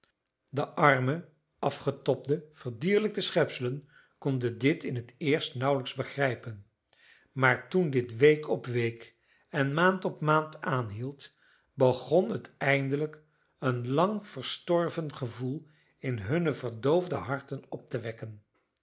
de arme afgetobde verdierlijkte schepselen konden dit in het eerst nauwelijks begrijpen maar toen dit week op week en maand op maand aanhield begon het eindelijk een lang verstorven gevoel in hunne verdoofde harten op te wekken